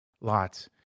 Lots